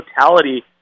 totality